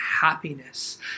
happiness